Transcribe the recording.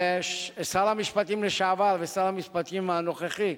שר המשפטים לשעבר ושר המשפטים הנוכחי,